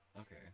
okay